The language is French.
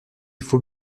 faut